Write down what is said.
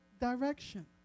direction